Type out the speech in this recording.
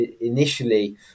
initially